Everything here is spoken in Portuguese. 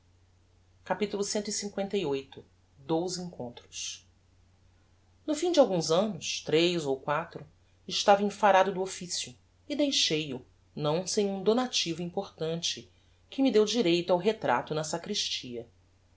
capitulo clviii dous encontros no fim de alguns annos tres ou quatro estava enfarado do officio e deixei-o não sem um donativo importante que me deu direito ao retrato na sacristia